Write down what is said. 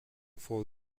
for